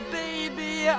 baby